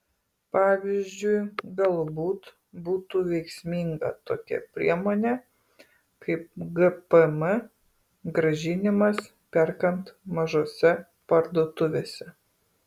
pavyzdžiui galbūt būtų veiksminga tokia priemonė kaip gpm grąžinimas perkant mažose parduotuvėse